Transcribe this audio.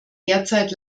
derzeit